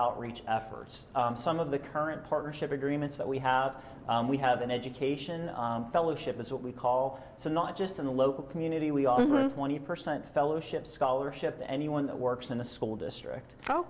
outreach efforts some of the current partnership agreements that we have we have an education fellowship is what we call so not just in the local community we all when you present fellowship scholarship to anyone that works in the school district